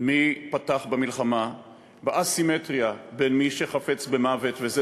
בין מי שפתח במלחמה באסימטריה בין מי שחפץ במוות וזה